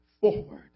forward